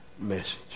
message